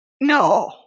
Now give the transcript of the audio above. No